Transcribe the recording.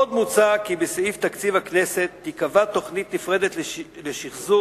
עוד מוצע כי בסעיף תקציב הכנסת תיקבע תוכנית נפרדת לשחזור,